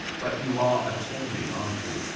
but you are attending, aren't you,